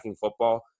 football